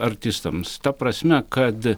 artistams ta prasme kad